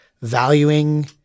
valuing